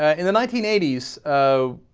in the nineteen eighties ah.